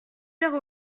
faire